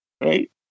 Right